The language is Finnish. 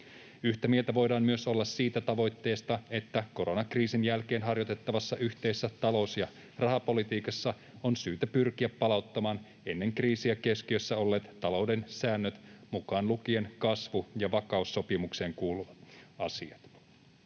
Yhtä mieltä voidaan olla myös siitä tavoitteesta, että koronakriisin jälkeen harjoitettavassa yhteisessä talous- ja rahapolitiikassa on syytä pyrkiä palauttamaan ennen kriisiä keskiössä olleet talouden säännöt mukaan lukien kasvu- ja vakaussopimukseen kuuluvat asiat.